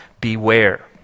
beware